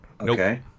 Okay